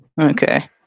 Okay